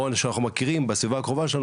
או אנשים שאנחנו מכירים בסביבה הקרובה שלנו,